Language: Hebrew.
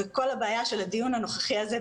וכל הבעיה של הדיון הנוכחי הזה,